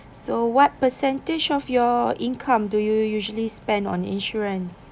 so what percentage of your income do you usually spend on insurance